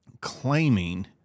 claiming